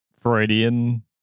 Freudian